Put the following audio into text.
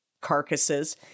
Carcasses